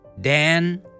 Dan